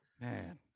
Man